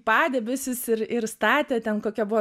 padebesius ir ir statė ten kokia buvo